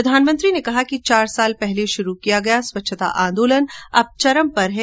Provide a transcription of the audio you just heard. प्रधानमंत्री ने कहा कि चार वर्ष पहले शुरू किया गया स्वच्छता आंदोलन अब चरम पर है